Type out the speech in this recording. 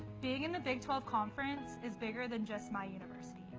being in the big twelve conference is bigger than just my university.